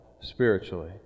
spiritually